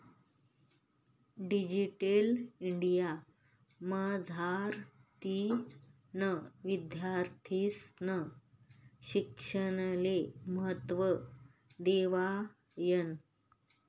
digital India मझारतीन विद्यार्थीस्ना शिक्षणले महत्त्व देवायनं